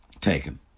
taken